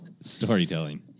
storytelling